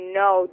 no